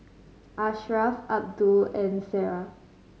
Ashraf Abdul and Sarah